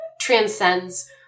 transcends